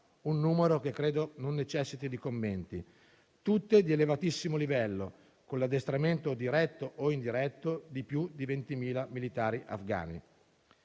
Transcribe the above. (un numero che credo non necessiti di commenti), tutte di elevatissimo livello, con l'addestramento diretto o indiretto di più di 20.000 militari afghani.